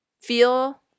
feel